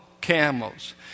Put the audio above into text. camels